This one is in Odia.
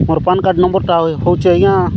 ମୋର ପାନ୍ କାର୍ଡ଼୍ ନମ୍ବର୍ଟା ହେଉଛି ଆଜ୍ଞା